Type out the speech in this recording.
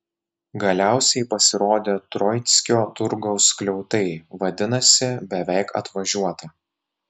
galiausiai pasirodė troickio turgaus skliautai vadinasi beveik atvažiuota